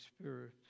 Spirit